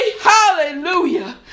hallelujah